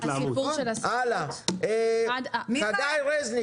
חגי רזניק